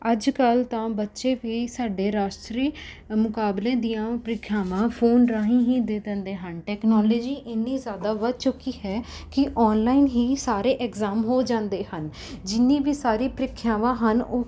ਅੱਜ ਕੱਲ੍ਹ ਤਾਂ ਬੱਚੇ ਵੀ ਸਾਡੇ ਰਾਸ਼ਟਰੀ ਮੁਕਾਬਲੇ ਦੀਆਂ ਪ੍ਰੀਖਿਆਵਾਂ ਫੋਨ ਰਾਹੀਂ ਹੀ ਦੇ ਦਿੰਦੇ ਹਨ ਟੈਕਨੋਲਜੀ ਇੰਨੀ ਜ਼ਿਆਦਾ ਵੱਧ ਚੁੱਕੀ ਹੈ ਕਿ ਔਨਲਾਈਨ ਹੀ ਸਾਰੇ ਇਗਜ਼ਾਮ ਹੋ ਜਾਂਦੇ ਹਨ ਜਿੰਨੀ ਵੀ ਸਾਰੀ ਪ੍ਰੀਖਿਆਵਾਂ ਹਨ ਉਹ